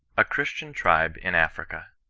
a christian tribe in africa.